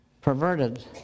perverted